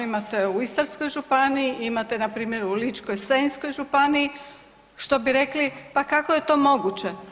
Imate u Istarskoj županiji, imate na primjer u Ličko-senjskoj županiji što bi rekli pa kako je to moguće.